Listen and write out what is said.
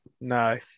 No